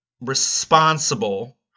Responsible